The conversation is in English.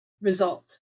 result